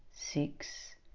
Six